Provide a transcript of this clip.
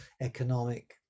economic